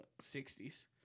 60s